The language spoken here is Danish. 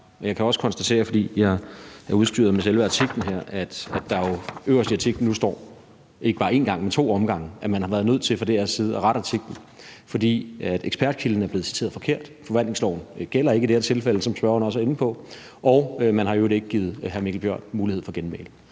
Jeg kan også, fordi jeg er udstyret med selve artiklen her, konstatere, at der øverst i artiklen nu står ikke bare en gang, men to gange, at man fra DR's side har været nødt til at rette artiklen, fordi ekspertkilden er blevet citeret forkert. Forvaltningsloven gælder ikke i det her tilfælde, som spørgeren også er inde på, og man har i øvrigt ikke givet hr. Mikkel Bjørn mulighed for at komme